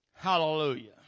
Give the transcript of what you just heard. Hallelujah